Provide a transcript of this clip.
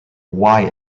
why